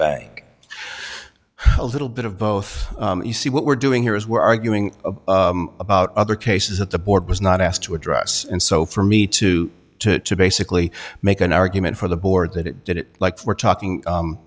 bank a little bit of both you see what we're doing here is we're arguing about other cases that the board was not asked to address and so for me to to basically make an argument for the board that it did it like we're talking